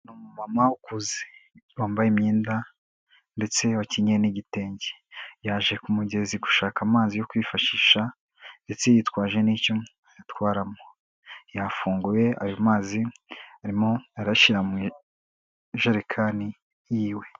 Ni umumama ukuze, wambaye imyenda ndetse wakenyeye n'igitenge, yaje ku mugezi gushaka amazi yo kwifashisha ndetse yitwaje n'icyo ayatwaramo, yafunguye ayo mazi arimo arashyira mu ijerekani yiwe.